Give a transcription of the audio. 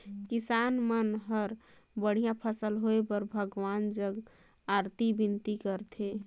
किसान मन हर बड़िया फसल होए बर भगवान जग अरती बिनती करथे